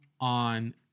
on